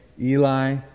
Eli